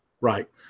Right